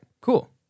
Cool